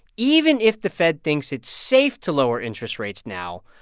even if the fed thinks it's safe to lower interest rates now,